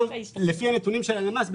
לפי הנתונים של הלשכה המרכזית לסטטיסטיקה,